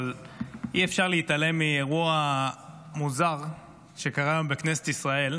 אבל אי-אפשר להתעלם מאירוע מוזר שקרה היום בכנסת ישראל.